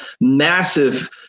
massive